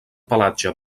pelatge